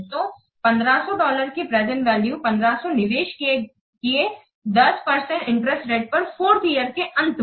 तो 1500 डॉलर की present value 1500 निवेश किए 10 परसेंटइंटरेस्ट रेट पर 4th ईयर के अंत में